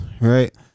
right